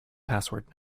password